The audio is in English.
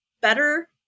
better